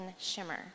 shimmer